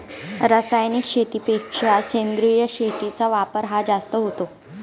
रासायनिक शेतीपेक्षा सेंद्रिय शेतीचा वापर हा जास्त होतो